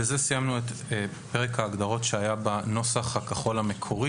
בזה סיימנו את פרק ההגדרות שהיה בנוסח הכחול המקורי,